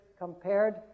compared